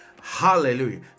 hallelujah